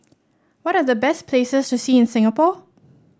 what are the best places to see in Singapore